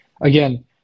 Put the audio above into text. Again